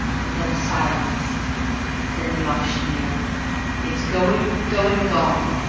and then a silence then the auctioneer it's going! going! gone!